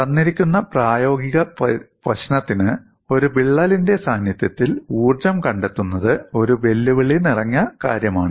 തന്നിരിക്കുന്ന പ്രായോഗിക പ്രശ്നത്തിന് ഒരു വിള്ളലിന്റെ സാന്നിധ്യത്തിൽ ഊർജ്ജം കണ്ടെത്തുന്നത് ഒരു വെല്ലുവിളി നിറഞ്ഞ കാര്യമാണ്